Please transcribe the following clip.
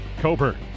Coburn